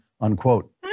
unquote